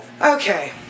Okay